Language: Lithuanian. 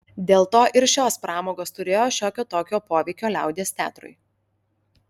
dėl to ir šios pramogos turėjo šiokio tokio poveikio liaudies teatrui